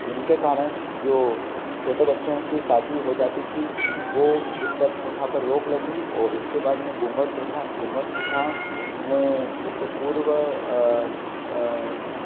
इनके कारण जो छोटे बच्चों की शादी हो जाती थी वो उस पर प्रथा पर रोक लगी ओर इसके बाद में घूँघट प्रथा घूँघट प्रथा में जैसे पूर्व